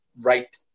right